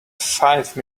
five